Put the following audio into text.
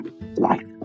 life